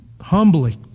humbly